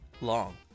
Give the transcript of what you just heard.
long